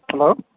hello